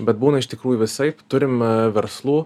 bet būna iš tikrųjų visaip turim verslų